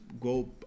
go